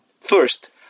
first